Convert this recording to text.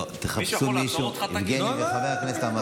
חבר הכנסת יבגני וחבר הכנסת עמאר,